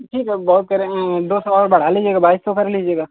ठीक है बहुत करे दो सौ और बढ़ा लीजिएगा बाईस सौ कर लीजिएगा